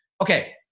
Okay